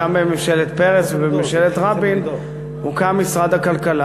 גם בממשלת פרס וממשלת רבין הוקם משרד הכלכלה,